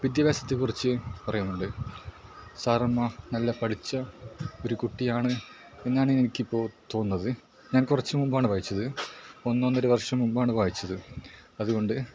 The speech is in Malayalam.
വിദ്യാഭ്യാസത്തെക്കുറിച്ച് പറയുന്നുണ്ട് സാറമ്മ നല്ല പഠിച്ച ഒരു കുട്ടിയാണ് എന്നാണ് എനിക്കിപ്പോൾ തോന്നുന്നത് ഞാൻ കുറച്ച് മുമ്പാണ് വായിച്ചത് ഒന്നൊന്നര വർഷം മുമ്പാണ് വായിച്ചത് അതുകൊണ്ട്